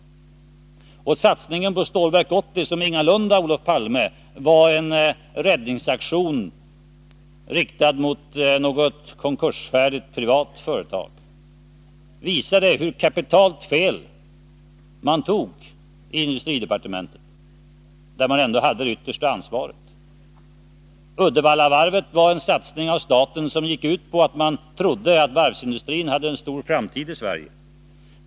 Och satsningen på Stålverk 80 som ingalunda, Olof Palme, var en räddningsaktion riktad mot något konkursfärdigt privat företag, visade hur kapitalt fel man tog i industridepartementet, där man ändå hade det yttersta ansvaret. Statens satsning på Uddevallavarvet byggde på att varvsindustrin hade en stor framtid i Sverige.